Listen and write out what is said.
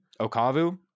Okavu